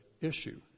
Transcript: issue